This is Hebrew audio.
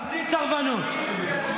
זה בדיוק מה שיהיה.